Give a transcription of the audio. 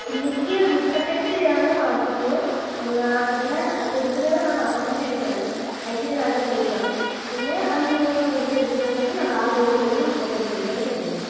ഉള്ളിക്ക് മുപ്പത്തെട്ട് രൂപ ആണ് മാർക്കറ്റിൽ എന്നാൽ ഇവിടെ കൊടുക്കുന്നത് എന്നു പറഞ്ഞാൽ നാല്പത്തിരണ്ട് രൂപയ്ക്കാണ് ആക്ച്വലി നാല് രൂപ കൂടുതലാണ് പിന്നെ അഞ്ച് കിലോയിൽ കൂടുതൽ എടുത്തിട്ടുണ്ടെങ്കിൽ നമ്മളാ സെയിം റേറ്റിൽ മുപ്പത്തെട്ട് രൂപയ്ക്ക് തന്നെ തരുന്നുണ്ട്